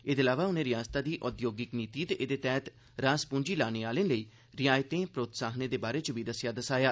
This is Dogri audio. एदे इलावा उनें रयासतै दी औद्योगिक नीति ते एदे तैहत रास पूंजी लाने आलें लेई रियायतें प्रोत्साहनें दे बारे च बी दस्सेआ दसाया